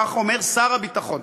כך אומר שר הביטחון.